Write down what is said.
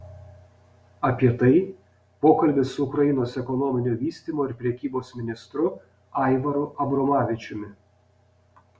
apie tai pokalbis su ukrainos ekonominio vystymo ir prekybos ministru aivaru abromavičiumi